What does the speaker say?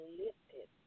lifted